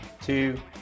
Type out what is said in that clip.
two